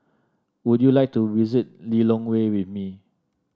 would you like to visit Lilongwe with me